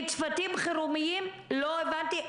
לגבי צוותי חירום לא הבנתי,